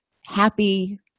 happy